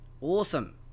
awesome